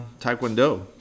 Taekwondo